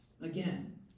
again